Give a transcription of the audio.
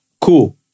cool